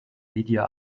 lydia